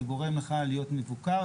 זה גורם לך להיות מבוקר,